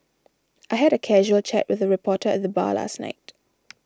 I had a casual chat with a reporter at the bar last night